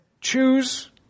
Choose